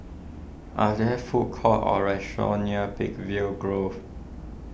are there food courts or restaurants near Peakville Grove